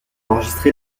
enregistré